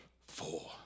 four